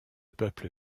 peuple